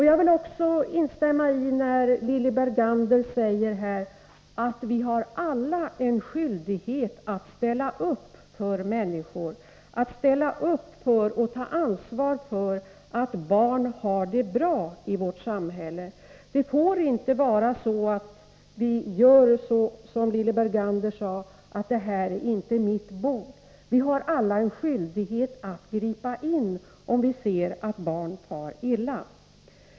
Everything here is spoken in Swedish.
Jag vill också instämma i Lilly Berganders uttalande att vi alla har en skyldighet att ställa upp för människor, att ställa upp och ta ansvar för att barn har det bra i vårt samhälle. Vi får inte, som Lilly Bergander framhöll, säga att detta inte är mitt bord. Vi har alla en skyldighet att ingripa om vi ser att barn far illa.